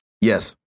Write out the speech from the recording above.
Yes